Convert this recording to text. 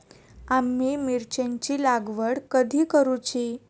आम्ही मिरचेंची लागवड कधी करूची?